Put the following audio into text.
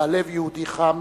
בעל לב יהודי חם,